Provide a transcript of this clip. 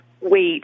wait